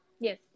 Yes